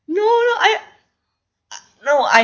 no no I uh no I